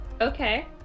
Okay